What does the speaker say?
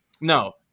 No